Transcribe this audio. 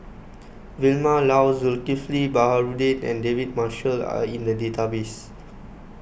Vilma Laus Zulkifli Baharudin and David Marshall are in the database